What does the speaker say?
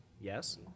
Yes